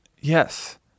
Yes